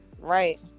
Right